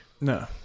No